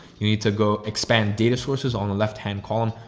you need to go expand data sources on the left hand column,